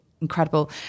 incredible